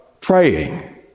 praying